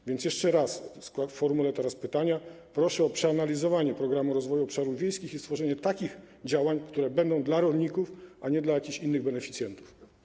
A więc jeszcze raz, w formule pytania, proszę o przeanalizowanie Programu Rozwoju Obszarów Wiejskich i stworzenie takich działań, które będą dla rolników, a nie dla jakichś innych beneficjentów.